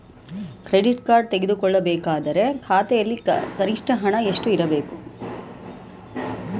Credit card ತೆಗೆದುಕೊಳ್ಳಬೇಕಾದರೆ ಖಾತೆಯಲ್ಲಿ ಕನಿಷ್ಠ ಎಷ್ಟು ಹಣ ಇರಬೇಕು?